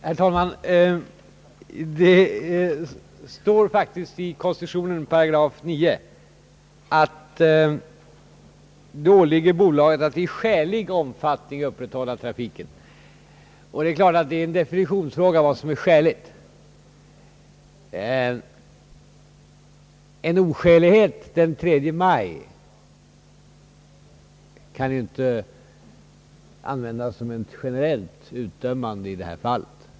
Herr talman! Det står faktiskt i koncessionen § 9 att det åligger bolaget att »i skälig omfattning upprätthålla trafiken». Det är givetvis en definitionsfråga vad som är skäligt. En oskälighet den 3 maj kan inte användas som ett generellt utdömande i detta fall.